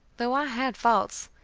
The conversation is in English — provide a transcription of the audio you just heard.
though i had faults,